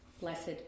blessed